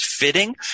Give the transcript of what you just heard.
Fitting